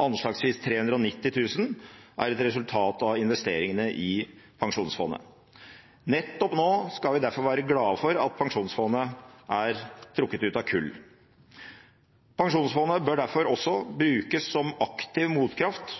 anslagsvis 390 000 er et resultat av investeringene i pensjonsfondet. Derfor skal vi nå være glade for at pensjonsfondet er trukket ut av kull. Pensjonsfondet bør derfor også brukes som aktiv motkraft